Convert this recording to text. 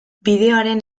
bideoaren